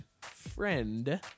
friend